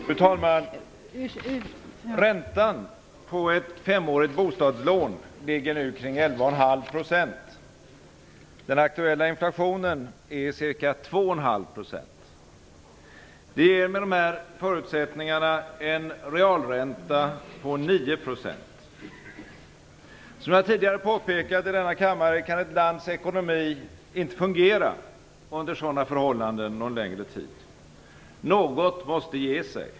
Fru talman! Räntan på ett femårigt bostadslån ligger nu kring 11,5 %. Den aktuella inflationen är ca 2,5 %. Det ger med de angivna förutsättningarna en realränta på 9 %. Som jag tidigare påpekat i denna kammare kan ett lands ekonomi inte fungera under sådana förhållanden någon längre tid. Något måste ge sig.